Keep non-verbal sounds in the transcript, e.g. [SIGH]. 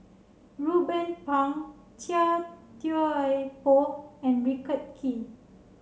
Ruben Pang Chia Thye Poh and [UNINTELLIGIBLE] Kee